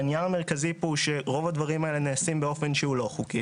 העניין המרכזי פה הוא שרוב הדברים האלה נעשים באופן שהוא לא חוקי